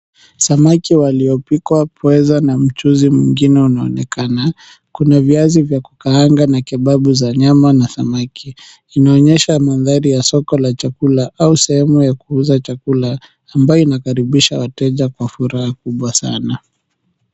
Samaki waliopikwa pweza na mchuzi mwingine unaonekana. Kuna viazi vya kukaanga na kebabu za nyama na samaki. Inaonyesha mandhari ya soko la chakula au sehemu ya kuuza chakula ambayo inakaribisha wateja kwa furaha kubwa sana.